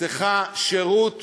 צריכה שירות